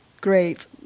great